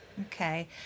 Okay